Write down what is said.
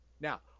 Now